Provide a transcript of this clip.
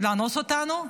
לאנוס אותנו.